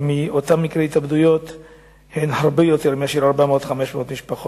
מאותם מקרי התאבדות הן הרבה יותר מאותם 400 או 500 איש.